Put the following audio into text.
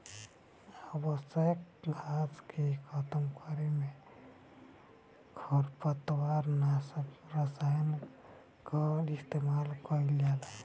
अनावश्यक घास के खतम करे में खरपतवार नाशक रसायन कअ इस्तेमाल कइल जाला